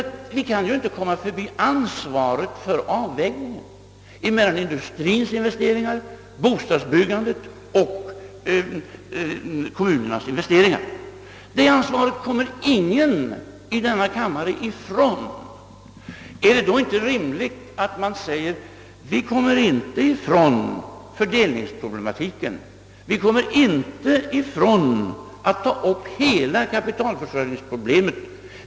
Jo, vi kan inte komma förbi ansvaret för avvägningen mellan industriens investeringar, bostadsbyggandet och kommunernas investeringar. Det ansvaret kommer ingen i denna kammare ifrån. Är det då inte rimligt att säga: Vi kommer inte ifrån fördelningsproblematiken. Vi kommer inte ifrån att ta upp hela kapitalförsörjningsproblemet.